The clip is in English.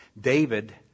David